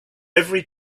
every